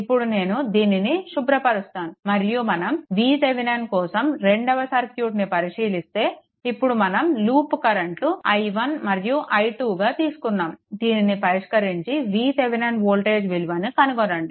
ఇప్పుడు నేను దీనిని శుభ్రపరుస్తాను మరియు మనం VThevenin కోసం రెండవ సర్క్యూట్ని పరిశీలిస్తే ఇక్కడ మనం లూప్ కరెంట్లు i1 మరియు i2 గా తీసుకున్నాము దీనిని పరిష్కరించి VThevenin వోల్టేజ్ విలువను కనుగొనండి